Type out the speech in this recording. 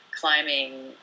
climbing